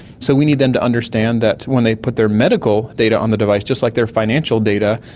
so we need them to understand that when they put their medical data on the device, just like their financial data,